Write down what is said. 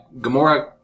Gamora